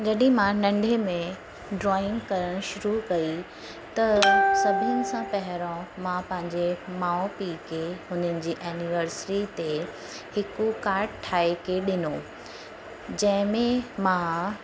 जॾहिं मां नंढे में ड्रॉइंग करणु शुरू कई त सभिनि सां पहिरों मां पंहिंजे माउ पीउ खे हुननि जी एनिवर्सिरी ते हिकु कार्ड ठाहे के ॾिनो जंहिंमें मां